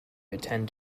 attend